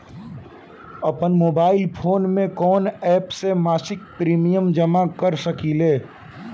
आपनमोबाइल में कवन एप से मासिक प्रिमियम जमा कर सकिले?